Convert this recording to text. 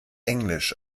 englisch